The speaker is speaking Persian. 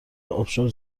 آبشار